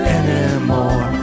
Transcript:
anymore